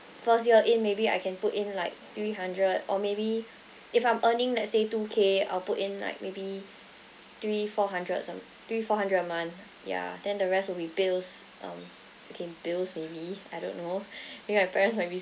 first year in maybe I can put in like three hundred or maybe if I'm earning let's say two K I'll put in like maybe three four hundred some three four hundred a month yeah then the rest will be bills um okay bills maybe I don't know maybe my parents might be